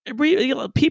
people